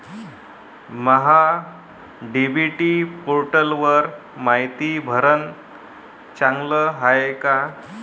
महा DBT पोर्टलवर मायती भरनं चांगलं हाये का?